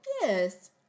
Yes